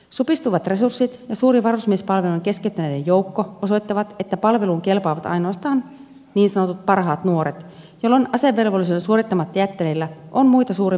supistuvat resurssit ja suuri varusmiespalvelun keskeyttäneiden joukko osoittavat että palveluun kelpaavat ainoastaan niin sanotut parhaat nuoret jolloin asevelvollisuuden suorittamatta jättäneillä on muita suurempi syrjäytymisvaara